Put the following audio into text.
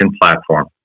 platform